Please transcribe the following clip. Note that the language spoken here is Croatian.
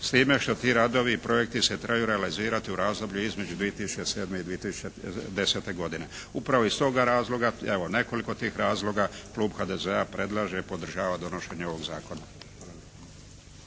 s time što ti radovi i projekti se trebaju realizirati u razdoblje između 2007. i 2010. godine. Upravo iz tog razloga, evo nekoliko tih razloga klub HDZ-a predlaže i podržava donošenje ovog zakona.